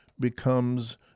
becomes